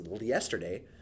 yesterday